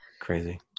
Crazy